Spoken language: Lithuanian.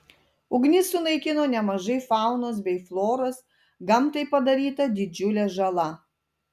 ugnis sunaikino nemažai faunos bei floros gamtai padaryta didžiulė žala